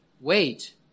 Wait